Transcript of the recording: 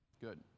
Good